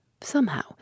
Somehow